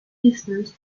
distance